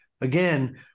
again